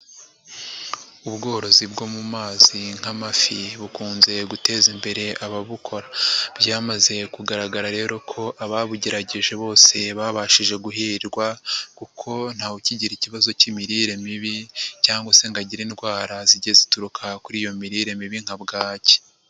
Ubworozi bwo mu mazi nk'amafi bukunze guteza imbere ababukora. Byamaze kugaragara rero ko ababugerageje bose babashije guhirwa kuko nta wukigira ikibazo cy'imirire mibi cyangwa se ngo agire indwara zijye zituruka kuri iyo mirire mibi nka bwaki.